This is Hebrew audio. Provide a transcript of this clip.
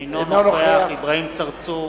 אינו נוכח אברהים צרצור,